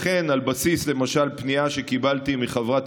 לכן, למשל, על בסיס פנייה שקיבלתי מחברת